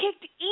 kicked